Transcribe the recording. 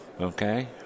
okay